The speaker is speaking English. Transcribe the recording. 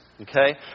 Okay